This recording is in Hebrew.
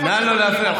נא לא להפריע,